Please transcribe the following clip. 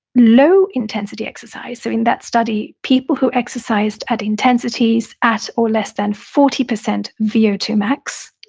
low intensity exercise. so in that study, people who exercised at intensities at or less than forty percent v o two max,